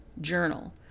journal